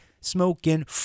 smoking